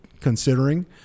considering